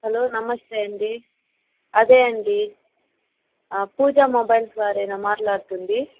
hello నమస్తే అండి అదే అండి పూజ మొబైల్స్ వారేనా మాట్లాడుతుంది